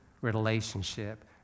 relationship